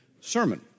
sermon